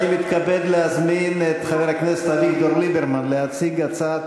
אני מתכבד להזמין את חבר הכנסת אביגדור ליברמן להציג הצעת